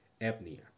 apnea